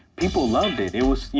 people loved it. it was you